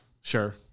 Sure